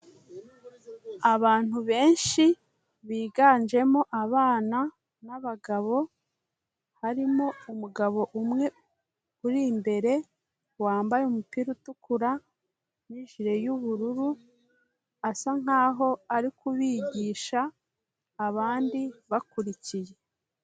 Abantu benshi biganjemo abana n'abagabo, harimo umugabo umwe uri imbere wambaye umupira utukura n'ijire y'ubururu, asa nk'aho ari kubigisha abandi bakurikiye.